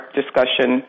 discussion